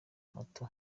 moto